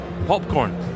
popcorn